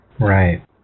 Right